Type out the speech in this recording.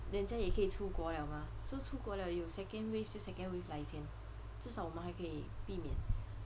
人家也可以出国了吗是出国了有:ren jia ye ke yi chu guo liao ma shi chu guo liao you second wave 就 second wave 来先至少我们还可以避免